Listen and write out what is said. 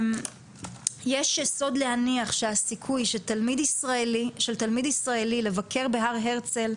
יש יסוד להניח שהסיכוי של תלמיד ישראלי לבקר בהר הרצל,